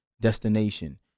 destination